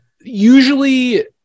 usually